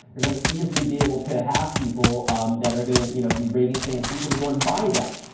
are going to easily be able to have people um that are going to you know be raving fan, people to go and buy that.